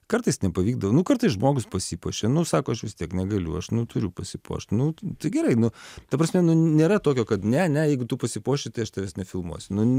kartais nepavykdavo nu kartais žmogus pasipuošė nu sako aš vis tiek negaliu aš nu turiu pasipuošt nu tai gerai nu ta prasme nu nėra tokio kad ne ne jeigu tu pasipuoši tai aš tavęs nefilmuosiu nu